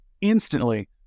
instantly